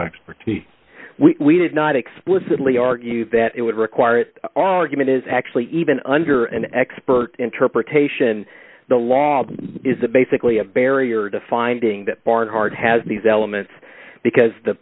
expertise we did not explicitly argue that it would require that argument is actually even under an expert interpretation the law is basically a barrier to finding that barnhart has these elements because the